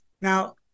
now